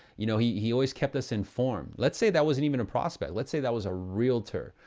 you know, he he always kept us informed. let's say that wasn't even a prospect, let's say that was a realtor.